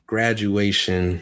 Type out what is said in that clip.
Graduation